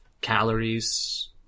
calories